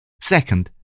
Second